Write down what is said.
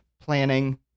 planning